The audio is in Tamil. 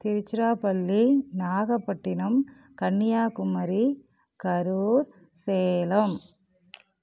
திருச்சிராப்பள்ளி நாகப்பட்டினம் கன்னியாகுமரி கரூர் சேலம்